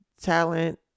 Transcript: talent